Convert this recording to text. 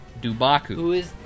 Dubaku